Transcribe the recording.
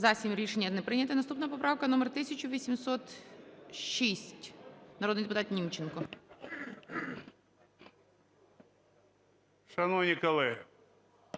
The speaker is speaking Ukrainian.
За-7 Рішення не прийнято. Наступна поправка номер 1806. Народний депутат Німченко.